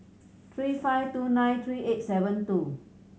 three five two nine three eight seven two